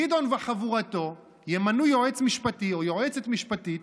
גדעון וחבורתו ימנו יועץ משפטי, או יועצת משפטית,